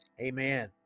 Amen